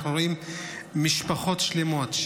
אנחנו רואים משפחות שלמות,